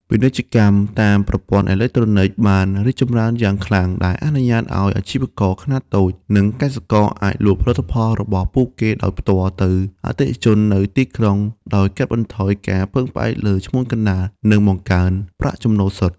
ពាណិជ្ជកម្មតាមប្រព័ន្ធអេឡិចត្រូនិកបានរីកចម្រើនយ៉ាងខ្លាំង ដែលអនុញ្ញាតឱ្យអាជីវករខ្នាតតូច និងកសិករអាចលក់ផលិតផលរបស់ពួកគេដោយផ្ទាល់ទៅអតិថិជននៅទីក្រុង ដោយកាត់បន្ថយការពឹងផ្អែកលើឈ្មួញកណ្តាល និងបង្កើនប្រាក់ចំណូលសុទ្ធ។